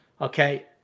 Okay